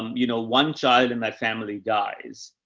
you know, one child in my family dies.